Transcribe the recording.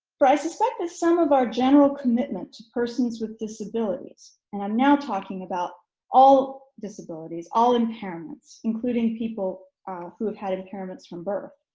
but i suspect that some of our general commitment to persons with disabilities and i'm now talking about all disabilities, all impairments including people who have had impairments from birth.